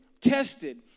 tested